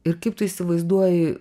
ir kaip tu įsivaizduoji